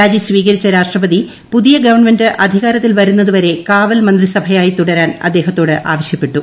രാജീീസ്ഴീകരിച്ച രാഷ്ട്രപതി പുതിയ ഗവൺമെന്റ് അധികാരത്തിൽ വരുന്നതുവരെ കാവൽ മന്ത്രിസഭയായി തുടരാൻ അദ്ദേഹത്തോട് ആവശ്യപ്പെട്ടു